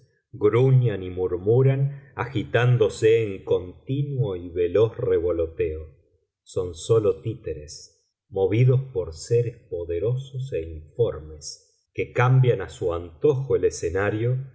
y murmuran agitándose en continuo y veloz revoloteo son sólo títeres movidos por seres poderosos e informes que cambian a su antojo el escenario